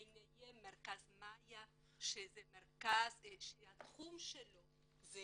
ביניהם מרכז "מאיה" שהתחום שלו זה